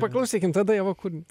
paklausykim tada ieva kūrinio